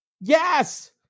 Yes